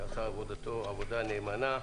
שעשה עבודתו נאמנה,